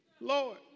Lord